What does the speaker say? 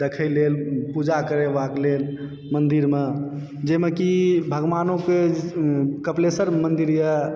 देखय लेल पूजा करेबाक लेल मन्दिरमे जाहिमऽ कि भगवानोकऽ कपिलेश्वर मन्दिर यऽ